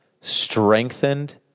strengthened